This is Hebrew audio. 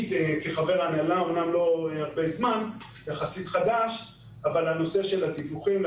כחבר הנהלה יחסית חדש מפריע לי הנושא של הדיווחים.